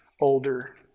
older